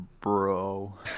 Bro